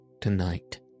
tonight